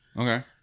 Okay